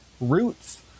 roots